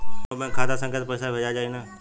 कौन्हू बैंक के खाता संख्या से पैसा भेजा जाई न?